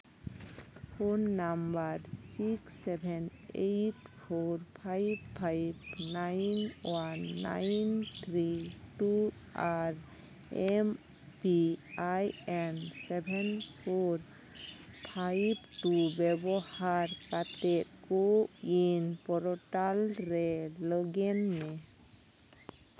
phone number six seven eight four five five nine one nine three two ᱟᱨ M P I N seven four five two ᱵᱮᱵᱚᱦᱟᱨ ᱵᱮᱵᱚᱦᱟᱨ ᱠᱟᱛᱮᱫ CoWIN portal ᱨᱮ log in ᱢᱮ